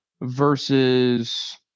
versus